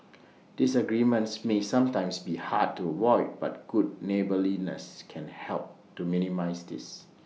disagreements may sometimes be hard to avoid but good neighbourliness can help to minimise this